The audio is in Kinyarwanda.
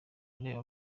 areba